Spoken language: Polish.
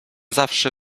wyjdzie